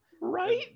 right